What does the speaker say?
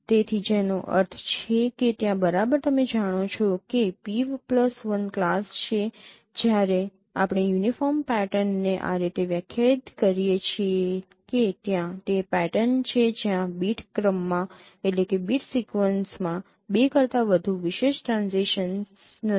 તેથી જેનો અર્થ છે કે ત્યાં બરાબર તમે જાણો છો કે P1 ક્લાસ છે જ્યારે આપણે યુનિફોર્મ પેટર્નને આ રીતે વ્યાખ્યાયિત કરીએ છીએ કે ત્યાં તે પેટર્ન છે જ્યાં બીટ ક્રમમાં બે કરતાં વધુ વિશેષ ટ્રાન્ઝીશન્સ નથી